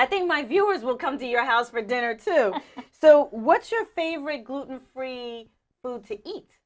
i think my viewers will come to your house for dinner too so what's your favorite gluten free food to eat